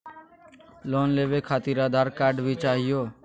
Loan लेवे खातिरआधार card भी चाहियो?